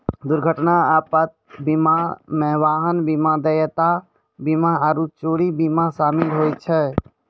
दुर्घटना आपात बीमा मे वाहन बीमा, देयता बीमा आरु चोरी बीमा शामिल होय छै